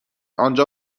آنجا